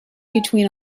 between